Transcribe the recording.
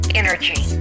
energy